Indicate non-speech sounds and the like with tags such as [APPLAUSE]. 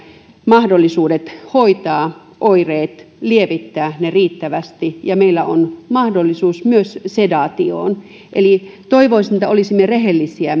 mahdollisuudet hoitaa oireet lievittää niitä riittävästi ja meillä on mahdollisuus myös sedaatioon eli toivoisin että olisimme rehellisiä [UNINTELLIGIBLE]